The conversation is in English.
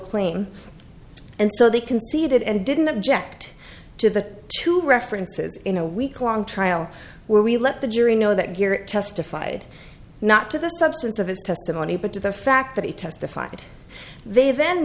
claim and so they conceded and didn't object to the two references in a week long trial where we let the jury know that gear testified not to the substance of his testimony but to the fact that he testified they then